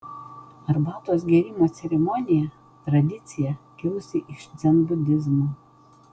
arbatos gėrimo ceremonija tradicija kilusi iš dzenbudizmo